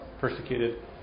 persecuted